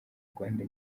rwanda